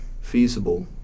feasible